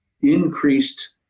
increased